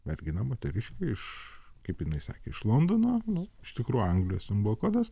mergina moteriškė iš kaip jinai sakė iš londono nu iš tikrų anglijos ten buvo kodas